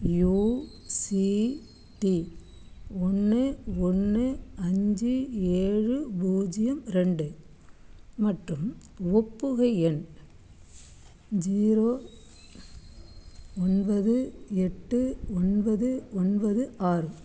you C D ஒன்று ஒன்று அஞ்சு ஏழு பூஜ்ஜியம் ரெண்டு மற்றும் ஒப்புகை எண் ஜீரோ ஒன்பது எட்டு ஒன்பது ஒன்பது ஆறு